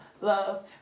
Love